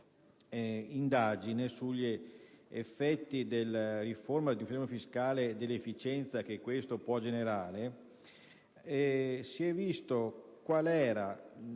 Grazie,